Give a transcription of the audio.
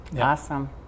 Awesome